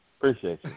Appreciate